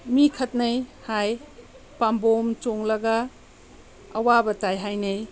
ꯃꯤ ꯈꯠꯅꯩ ꯍꯥꯏ ꯄꯥꯝꯕꯣꯝ ꯆꯣꯡꯂꯒ ꯑꯋꯥꯕ ꯇꯥꯏ ꯍꯥꯏꯅꯩ